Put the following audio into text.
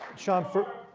sean, for